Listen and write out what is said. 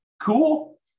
Cool